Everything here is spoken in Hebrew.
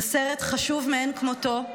זה סרט חשוב מאין כמותו,